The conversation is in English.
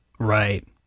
Right